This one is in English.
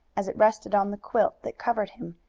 as it rested on the quilt that covered him,